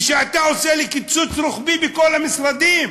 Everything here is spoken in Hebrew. וכשאתה עושה לי קיצוץ רוחבי בכל המשרדים,